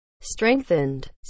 strengthened